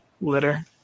litter